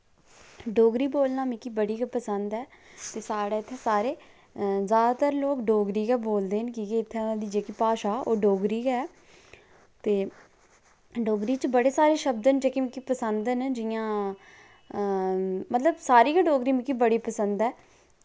डोगरी बोलना मिगी बड़ी गै पसंद ऐ ते साढ़े इत्थें सारे ते जादैतर ते लोग डोगरी गै बोलदे न की के इत्थें दी जेह्की भाशा ओह् डोगरी गै ते डोगरी च बड़े सारे शब्द न जेह्के मिगी पसंद न जियां मतलब सारी गै डोगरी मिगी बड़ी पसंद ऐ